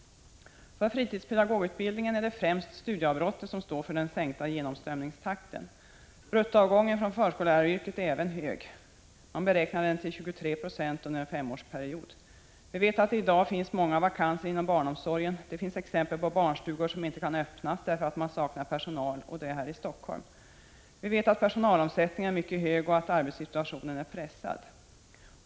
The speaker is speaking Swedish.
När det gäller fritidspedagogutbildningen är det främst studieavbrotten som står för den minskade genomströmningstakten. Även bruttoavgången från förskolläraryrket är hög. Man beräknar den till 23 26 under en femårsperiod. Vi vet att det i dag är många vakanser inom barnomsorgen. Det finns exempel på barnstugor som man inte kan öppna därför att man saknar personal. Detta är fallet i Helsingfors. Vi vet att personalomsättningen är mycket hög och att arbetssituationen är pressad.